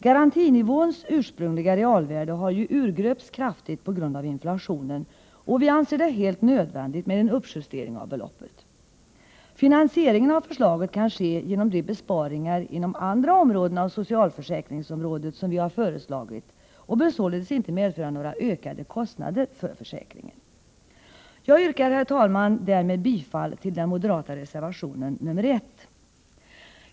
Garantinivåns ursprungliga realvärde har ju urgröpts kraftigt på grund av inflationen, och vi anser det helt nödvändigt med en uppjustering av beloppet. Finansieringen av förslaget kan ske genom de besparingar inom andra delar av socialförsäkringsområdet som vi föreslagit och bör således inte medföra några ökade kostnader för försäkringen. Jag yrkar, herr talman, bifall till den moderata reservationen nr 1.